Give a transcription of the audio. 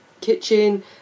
kitchen